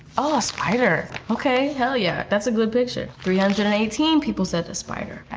ah a spider. okay, hell yeah, that's a good picture. three hundred and eighteen people said a spider.